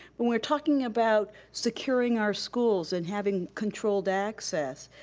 when we're talking about securing our schools and having controlled access,